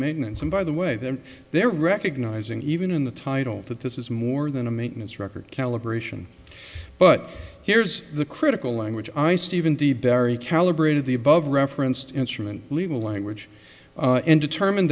maintenance and by the way them they're recognizing even in the title that this is more than a maintenance record calibration but here's the critical language i steven d very calibrated the above referenced instrument legal language and determin